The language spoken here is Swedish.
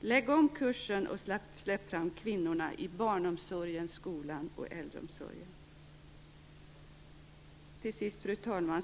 Lägg om kursen och släpp fram kvinnorna i barnomsorgen, skolan och äldreomsorgen! Fru talman!